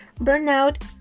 Burnout